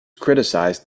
criticized